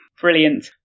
Brilliant